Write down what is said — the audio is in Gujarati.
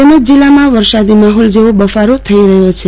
તેમજ જિલ્લામાં વરસાદી માફોલ જેવો બફારો થઈ રહ્યો છે